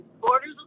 Borders